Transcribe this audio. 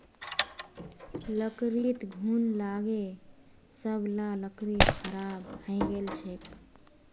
लकड़ीत घुन लागे सब ला लकड़ी खराब हइ गेल छेक